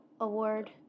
award